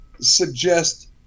suggest